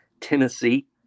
tennessee